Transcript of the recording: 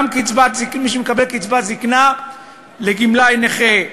גם מי שמקבל קצבת זיקנה לגמלאי נכה,